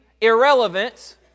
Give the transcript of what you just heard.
irrelevant